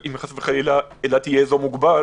אבל אם חלילה אילת תהיה אזור מוגבל,